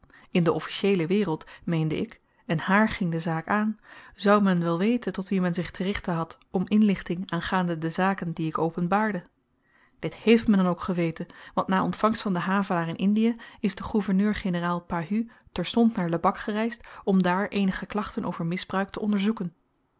in de officieele wereld meende ik en hààr ging de zaak aan zou men wel weten tot wien men zich te richten had om inlichting aangaande de zaken die ik openbaarde dit hééft men dan ook geweten want na ontvangst van den havelaar in indie is de gouverneur-generaal pahud terstond naar lebak gereisd om daar eenige klachten over misbruik te onderzoeken